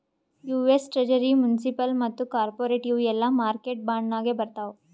US treasury, municipal ಮತ್ತ corporate ಇವು ಎಲ್ಲಾ ಮಾರ್ಕೆಟ್ ಬಾಂಡ್ ನಾಗೆ ಬರ್ತಾವ್